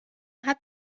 hat